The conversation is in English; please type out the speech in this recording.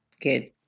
Good